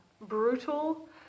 brutal